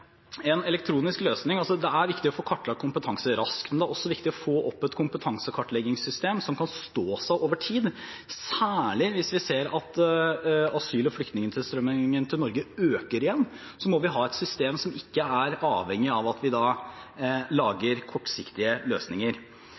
en elektronisk løsning. Det er viktig å få kartlagt kompetanse raskt, men det er også viktig å få opp et kompetansekartleggingssystem som kan stå seg over tid. Særlig hvis vi ser at asyl- og flyktningtilstrømmingen til Norge øker igjen, må vi ha et system som ikke er avhengig av at vi lager kortsiktige løsninger.